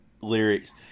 lyrics